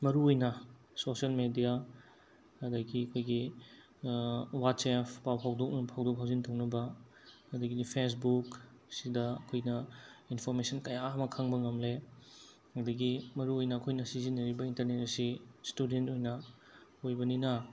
ꯃꯔꯨ ꯑꯣꯏꯅ social media ꯑꯗꯒꯤ ꯑꯩꯈꯣꯏꯒꯤ ꯋꯥꯆꯦꯞ ꯄꯥꯎ ꯐꯥꯎꯗꯣꯛꯅ ꯐꯥꯎꯗꯣꯛ ꯐꯥꯎꯖꯤꯟ ꯇꯧꯅꯕ ꯑꯗꯒꯤꯗꯤ ꯐꯦꯁꯕꯨꯛꯁꯤꯗ ꯑꯩꯈꯣꯏꯅ ꯏꯟꯐꯣꯔꯃꯦꯁꯟ ꯀꯌꯥ ꯑꯃ ꯈꯪꯕ ꯉꯝꯂꯦ ꯑꯗꯒꯤ ꯃꯔꯨ ꯑꯣꯏꯅ ꯑꯩꯈꯣꯏꯅ ꯁꯤꯖꯤꯟꯅꯔꯤꯕ ꯏꯟꯇꯔꯅꯦꯠ ꯑꯁꯤ ꯁ꯭ꯇꯨꯗꯦꯟ ꯑꯣꯏꯅ ꯑꯣꯏꯕꯅꯤꯅ